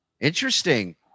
Interesting